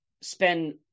spend